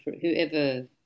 whoever